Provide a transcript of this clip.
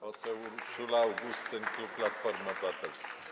Poseł Urszula Augustyn, klub Platformy Obywatelskiej.